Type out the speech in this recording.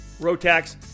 Rotax